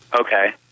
Okay